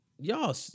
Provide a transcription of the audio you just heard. Y'all